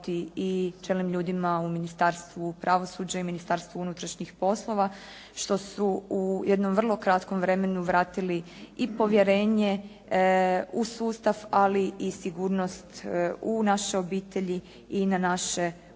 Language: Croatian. i čelnim ljudima u Ministarstvu pravosuđa i u Ministarstvu unutrašnjih poslova što su u jednom vrlo kratkom vremenu vratili i povjerenje u sustav i sigurnost u naše obitelji i na naše ulice,